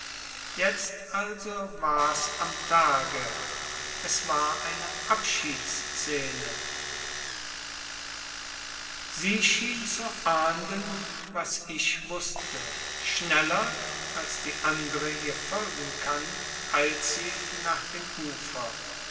jetzt also wars am tage es war eine abschiedsszene sie schien zu ahnden was ich wußte schneller als die andre ihr folgen kann eilt sie nach dem ufer